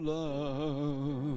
love